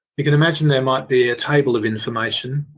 you can magine there might be a table of information,